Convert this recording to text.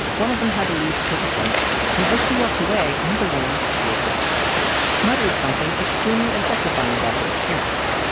one of them had to leave to take a phone call. and as she walked away, another woman who is bisexual muttered something extremely objectifying about her appearance.